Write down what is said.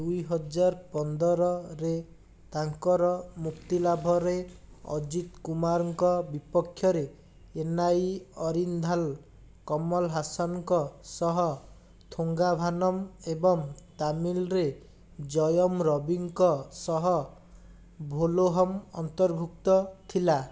ଦୁଇ ହଜାର ପନ୍ଦରରେ ତାଙ୍କର ମୁକ୍ତିଲାଭରେ ଅଜିତ୍ କୁମାରଙ୍କ ବିପକ୍ଷରେ ଏନ୍ଆଇ ଅରିନ୍ଧଲ୍ କମଲ୍ ହାସନ୍ଙ୍କ ସହ ଥୁଙ୍ଗା ଭାନମ୍ ଏବଂ ତାମିଲରେ ଜୟମ୍ ରବିଙ୍କ ସହ ଅନ୍ତର୍ଭୁକ୍ତ ଥିଲା